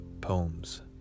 poems